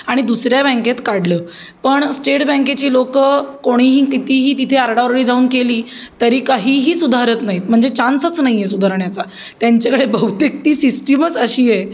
आणि दुसऱ्या बँकेत काढलं पण स्टेट बँकेची लोकं कोणीही कितीही तिथे आरडाओरडा जाऊन केली तरी काहीही सुधारत नाहीत म्हणजे चान्सच नाही आहे सुधारण्याचा त्यांच्याकडे बहुतेक ती सिस्टिमच अशी आहे